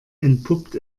entpuppt